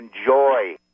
Enjoy